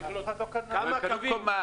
כמה קווים?